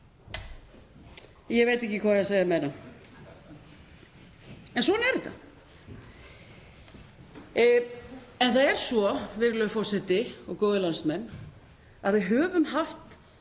ég veit ekki hvað á að segja meira. En svona er þetta. En það er svo, virðulegur forseti og góðir landsmenn, að við höfum haft